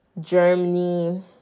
germany